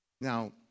Now